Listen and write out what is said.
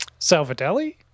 Salvadelli